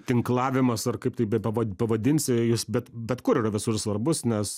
tinklavimas ar kaip tai bepava pavadinsi jis bet bet kur yra visur svarbus nes